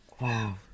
Wow